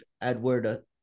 Edward